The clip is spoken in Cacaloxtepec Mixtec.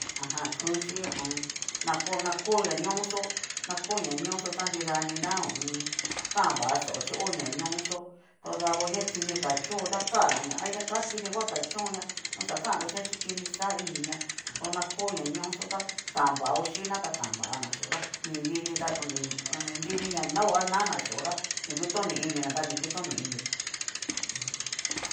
Ajan ku chí ho o on. na ko, nako nañoxo na ko nañoxo ta nridanina ho o on. kan va xao chí ho ñañoxó tu davo na kini ka cho'ó tá, kana ña hay ña ka ta kini ngua kachoña, oxa kannro xhínña chí kini xá'a iniña do na ko ñañoxó ta kan vao chín'na ta kan vana yio'ta ni nirni ta oni ninrini na ña nao a na'naa xhió tá ni kutoni inina ta ni kutoni inio m jum.